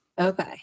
Okay